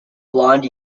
blonde